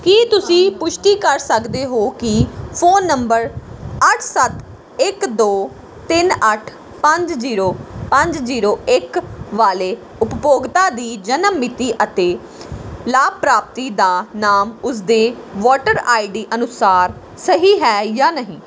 ਕੀ ਤੁਸੀਂ ਪੁਸ਼ਟੀ ਕਰ ਸਕਦੇ ਹੋ ਕਿ ਫੋਨ ਨੰਬਰ ਅੱਠ ਸੱਤ ਇੱਕ ਦੋ ਤਿੰਨ ਅੱਠ ਪੰਜ ਜ਼ੀਰੋ ਪੰਜ ਜ਼ੀਰੋ ਇੱਕ ਵਾਲੇ ਉਪਭੋਗਤਾ ਦੀ ਜਨਮ ਮਿਤੀ ਅਤੇ ਲਾਭਪਾਤਰੀ ਦਾ ਨਾਮ ਉਸਦੇ ਵੋਟਰ ਆਈ ਡੀ ਅਨੁਸਾਰ ਸਹੀ ਹੈ ਜਾਂ ਨਹੀਂ